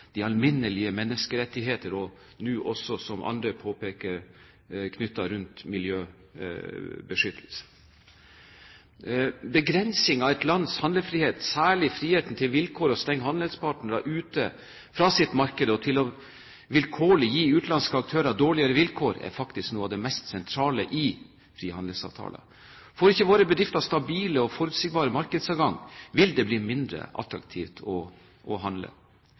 de alminnelige menneskerettigheter og, som andre påpeker, nå også knyttet til miljøbeskyttelse. Begrensning av et lands handlefrihet, særlig friheten til å stenge handelspartnere ute fra sine markeder og til vilkårlig å gi utenlandske aktører dårligere vilkår, er faktisk noe av det mest sentrale i frihandelsavtaler. Får ikke våre bedrifter stabil og forutsigbar markedsadgang, vil det bli mindre attraktivt å handle. Blir det mindre attraktivt å handle,